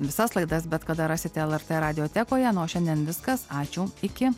visas laidas bet kada rasite lrt radijo teko ją nuo šiandien viskas ačiū iki